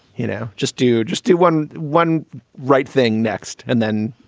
you know, just do just do one one right thing next and then,